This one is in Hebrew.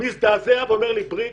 הוא מזדעזע ואומר לי: בריק,